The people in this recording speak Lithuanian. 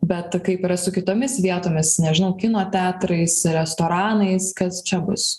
bet kaip yra su kitomis vietomis nežinau kino teatrais restoranais kas čia bus